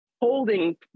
holding